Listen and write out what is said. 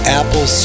Apple